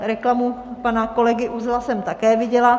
Reklamu pana kolegy Uzla jsem také viděla.